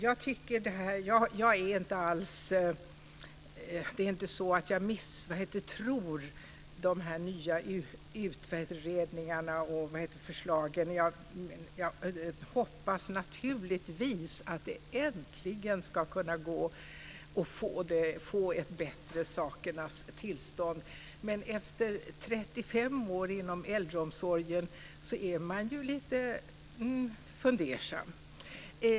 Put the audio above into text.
Fru talman! Jag misstror inte de nya utredningarna och förslagen. Jag hoppas naturligtvis att det äntligen ska gå att få ett bättre sakernas tillstånd. Men med 35 års erfarenhet inom äldreomsorgen är jag lite fundersam.